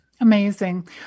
Amazing